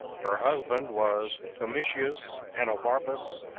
her husband was domitius aenobarbus,